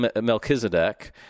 Melchizedek